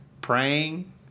praying